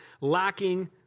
lacking